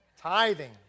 Tithing